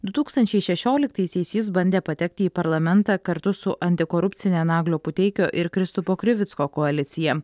du tūkstančiai šešioliktaisiais jis bandė patekti į parlamentą kartu su antikorupcine naglio puteikio ir kristupo krivicko koalicija